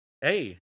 Hey